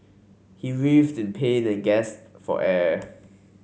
he writhed in pain and gasped for air